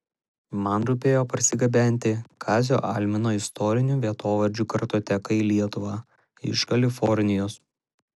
man rūpėjo parsigabenti kazio almino istorinių vietovardžių kartoteką į lietuvą iš kalifornijos